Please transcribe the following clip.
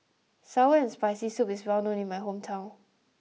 Sour and Spicy Soup is well known in my hometown